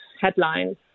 headlines